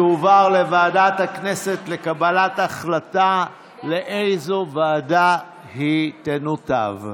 תועבר לוועדת הכנסת לקבלת החלטה לאיזו ועדה היא תנותב.